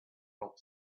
help